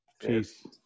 Peace